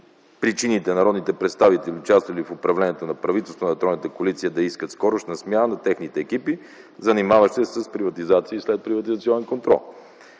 че народни представители, участвали в управлението на правителството на тройната коалиция, да искат скоростна смяна на техните екипи, занимаващи се с приватизация и следприватизационен контрол.